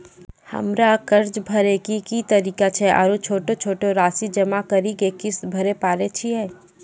हमरा कर्ज भरे के की तरीका छै आरू छोटो छोटो रासि जमा करि के किस्त भरे पारे छियै?